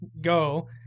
go